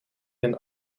een